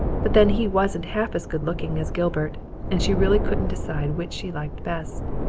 but then he wasn't half as good-looking as gilbert and she really couldn't decide which she liked best!